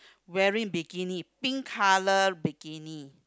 wearing bikini pink colour bikini